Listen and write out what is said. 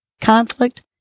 conflict